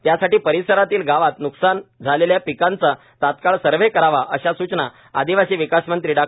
त्यासाठी परिसरातील गावांत नुकसान झालेल्या पिकांचा तात्काळ सर्व्हे करावा अशा सुचना आदिवासी विकास मंत्री डॉ